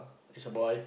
it's a boy